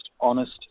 honest